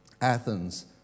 Athens